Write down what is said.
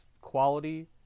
quality